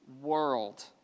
world